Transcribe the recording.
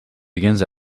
begins